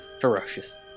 ferocious